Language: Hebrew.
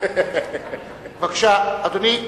בבקשה, אדוני.